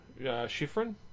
Schifrin